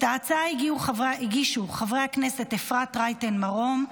את ההצעה הגישו חברת הכנסת אפרת רייטן מרום,